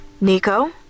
Nico